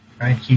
right